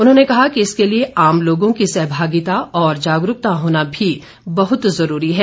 उन्होंने कहा कि इसके लिए आम लोगों की सहभागिता और जागरूकता होना भी बहुत जरूरी है